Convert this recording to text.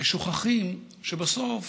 ושוכחים שבסוף,